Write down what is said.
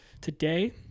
today